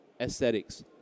aesthetics